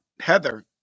Heather